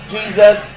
Jesus